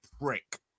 prick